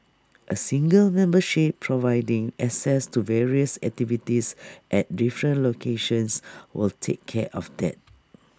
A single membership providing access to various activities at different locations would take care of that